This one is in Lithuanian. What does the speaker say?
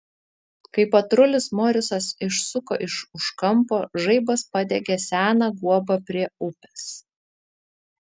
kai patrulis morisas išsuko iš už kampo žaibas padegė seną guobą prie upės